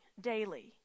daily